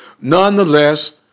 nonetheless